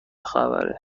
خبره